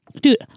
Dude